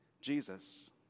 Jesus